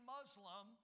Muslim